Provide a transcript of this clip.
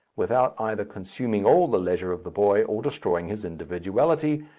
without either consuming all the leisure of the boy or destroying his individuality,